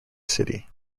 city